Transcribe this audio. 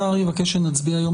השר יבקש שנצביע היום,